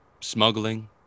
smuggling